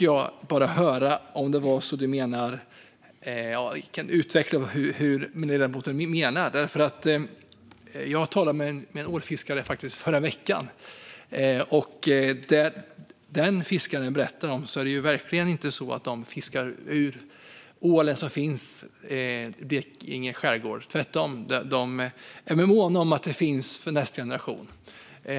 Jag vill höra om ledamoten kan utveckla vad hon menar. Jag talade förra veckan med en ålfiskare. Utifrån vad han berättade är det verkligen inte på det sättet att de fiskar ur den ål som finns i Blekinge skärgård. De är tvärtom måna om att den ska finnas kvar för nästa generation.